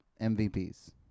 MVPs